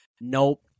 Nope